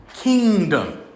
kingdom